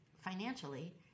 financially